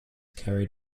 carried